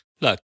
Look